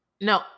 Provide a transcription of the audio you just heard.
no